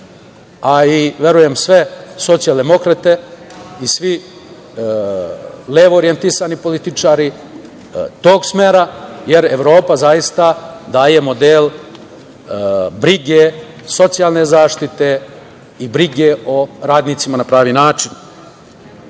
a i verujem sve socijaldemokrate i svi levo orijentisani političari tog smera, jer Evropa zaista daje model brige, socijalne zaštite i brige o radnicima na pravi način. Vlade